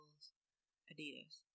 Adidas